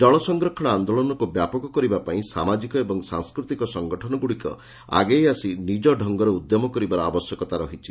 ଜଳ ସଂରକ୍ଷଣ ଆଦୋଳନକୁ ବ୍ୟାପକ କରିବା ପାଇଁ ସାମାଜିକ ଏବଂ ସାଂସ୍କୃତିକ ସଂଗଠନଗୁଡ଼ିକ ଆଗେଇ ଆସି ନିଜ ଢଙ୍ଗରେ ଉଦ୍ୟମ କରିବାର ଆବଶ୍ୟକତା ରହିଛି